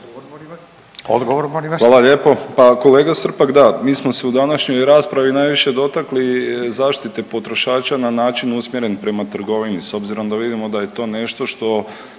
Odgovor molim vas.